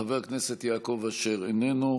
חבר הכנסת יעקב אשר, איננו.